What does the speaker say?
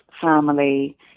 family